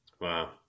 Wow